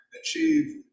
achieve